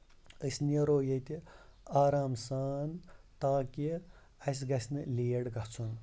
أسۍ نیرو ییٚتہِ آرام سان تاکہِ اَسہِ گژھِ نہٕ لیٹ گژھُن